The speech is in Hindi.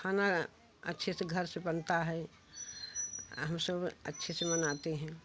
खाना अच्छे से घर से बनता है हम सब अच्छे से बनाते हैं